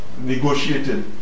negotiated